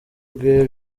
bwe